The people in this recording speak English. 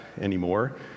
anymore